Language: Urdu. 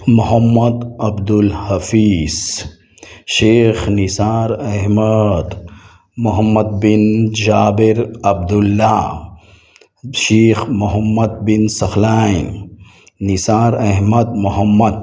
محمد عبدالحفیظ شیخ نثار احمد محمد بن جابر عبداللہ شیخ محمد بن ثقلین نثار احمد محمد